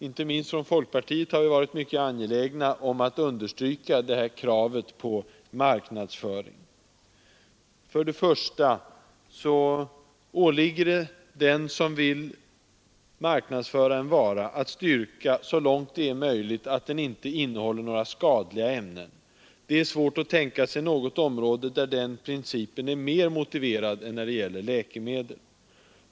Inte minst från folkpartiet har vi varit mycket angelägna om att understryka detta krav på marknadsföringen. För det första åligger det den som vill marknadsföra en vara att styrka, så långt det är möjligt, att den inte innehåller några skadliga ämnen. Det är svårt att tänka sig något område där den principen är mer motiverad än när det gäller läkemedel.